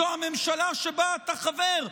הוא הממשלה שבה אתה חבר.